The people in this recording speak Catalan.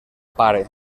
pare